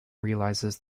realizes